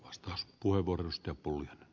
arvoisa puhemies